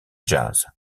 jazz